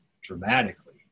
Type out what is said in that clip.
dramatically